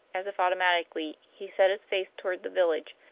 as if automatically, he set his face toward the village,